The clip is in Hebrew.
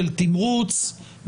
של תמרוץ,